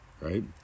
right